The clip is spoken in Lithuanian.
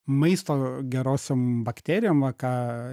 maisto gerosiom bakterijom va ką